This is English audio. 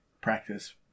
practice